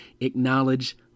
acknowledge